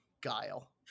Guile